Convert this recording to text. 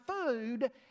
food